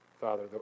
Father